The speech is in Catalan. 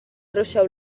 ruixeu